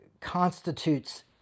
constitutes